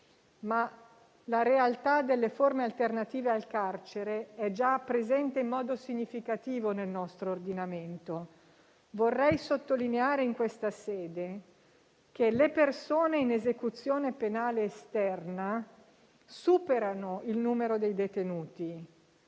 ma la realtà delle forme alternative al carcere è già presente in modo significativo nel nostro ordinamento. Vorrei sottolineare in questa sede che le persone in esecuzione penale esterna superano il numero dei detenuti.